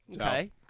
Okay